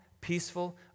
peaceful